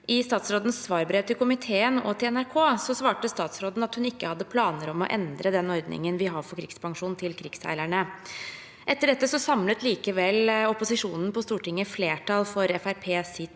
I statsrådens svarbrev til komiteen og til NRK svarte statsråden at hun ikke hadde planer om å endre den ordningen vi har for krigspensjon til krigsseilerne. Etter dette samlet likevel opposisjonen på Stortinget flertall for